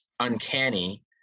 Uncanny